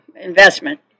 investment